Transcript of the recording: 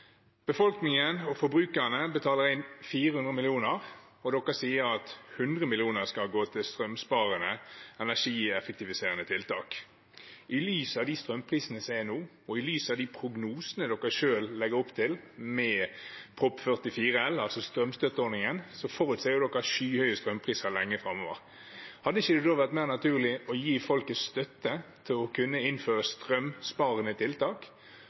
Befolkningen og forbrukerne betaler inn 400 mill. kr, og regjeringen sier at 100 mill. kr skal gå til strømsparende, energieffektiviserende tiltak. I lys av de strømprisene som er nå, og i lys av de prognosene man legger opp til, med Prop. 44 L, altså strømstøtteordningen, forutser man skyhøye strømpriser lenge framover. Hadde det ikke da vært mer naturlig å gi folk støtte til å kunne innføre strømsparende tiltak